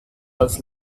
als